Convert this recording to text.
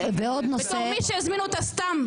בתור מי שהזמינו אותה סתם.